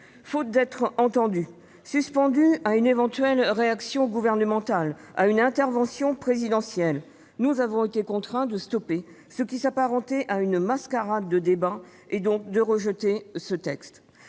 Faute d'être entendus, suspendus à une éventuelle réaction gouvernementale, à une intervention présidentielle, nous avons été contraints de mettre fin à ce qui s'apparentait à une mascarade de débat, et donc de rejeter ce texte.